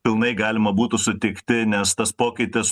pilnai galima būtų sutikti nes tas pokytis